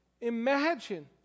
Imagine